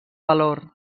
valor